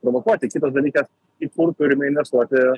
provokuoti kitas dalykas į kur turime investuoti